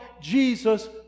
Jesus